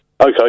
Okay